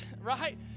right